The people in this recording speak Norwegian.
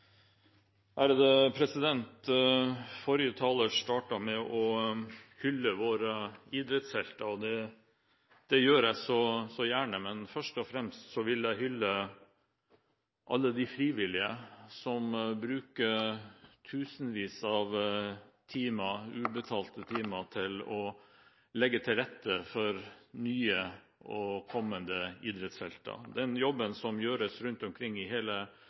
Forrige taler startet med å hylle våre idrettshelter. Det gjør så gjerne også jeg, men først og fremst vil jeg hylle alle de frivillige som bruker tusenvis av ubetalte timer til å legge til rette for nye og kommende idrettshelter. Den jobben som gjøres rundt omkring i hele